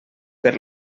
per